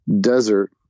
desert